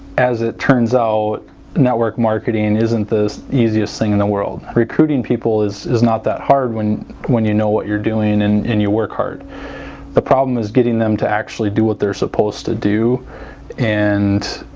as it turns out network marketing and isn't the easiest thing in the world recruiting people is is not that hard when when you know what you're doing and and you work hard the problem is getting them to actually do what they're supposed to do and